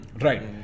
Right